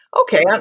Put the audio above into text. Okay